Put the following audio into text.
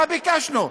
מה ביקשנו?